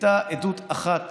הייתה עדות אחת